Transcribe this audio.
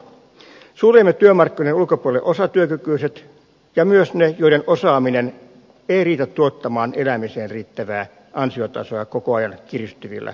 suljemme työmarkkinoiden ulkopuolelle osatyökykyiset ja myös ne joiden osaaminen ei riitä tuottamaan elämiseen riittävää ansiotasoa koko ajan kiristyvillä työmarkkinoilla